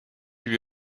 lui